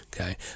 okay